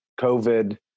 COVID